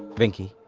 venky.